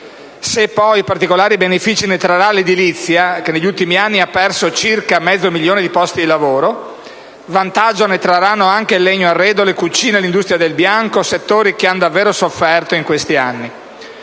Se, poi, particolari benefici ne trarrà l'edilizia, che negli ultimi anni ha perso circa mezzo milione di posti di lavoro, vantaggio ne trarranno anche il legno arredo, le cucine e l'industria del bianco, settori che hanno davvero sofferto in questi anni.